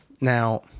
Now